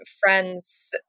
friends